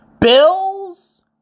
Bills